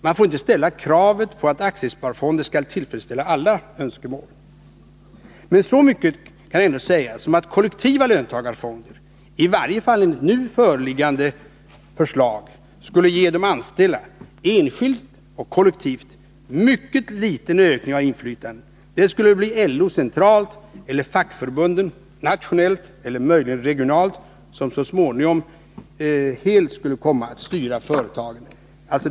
Man får inte ställa kravet att aktiesparfonder skall tillfredsställa alla önskemål, men så mycket kan ändå sägas som att kollektiva löntagarfonder, i varje fall enligt nu föreliggande förslag, skulle ge de anställda — enskilt och kollektivt — mycket liten ökning av inflytandet. Det skulle bli LO centralt och fackförbunden nationellt eller möjligen regionalt som så småningom skulle komma att helt styra företagen.